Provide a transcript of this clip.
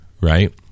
right